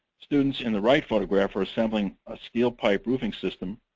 students in the right photograph are assembling a steel pipe roofing system.